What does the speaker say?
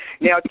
Now